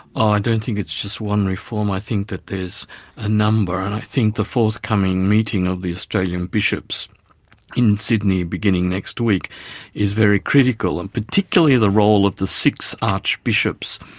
ah i don't think it's just one reform. i think that there's a number and i think the forthcoming meeting of the australian bishops in sydney, beginning next week is very critical, and particularly the role of the six archbishops.